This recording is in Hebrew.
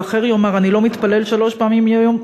האחר יאמר: אני לא מתפלל שלוש פעמים ביום,